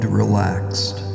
relaxed